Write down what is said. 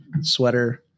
sweater